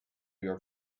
your